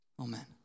Amen